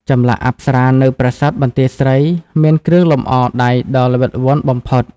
ចម្លាក់អប្សរានៅប្រាសាទបន្ទាយស្រី មានគ្រឿងលម្អដៃដ៏ល្អិតល្អន់បំផុត។